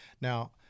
Now